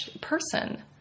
person